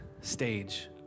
stage